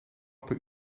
per